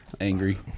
Angry